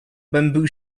bamboo